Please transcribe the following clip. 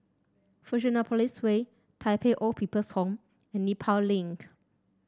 Fusionopolis Way Tai Pei Old People's Home and Nepal Link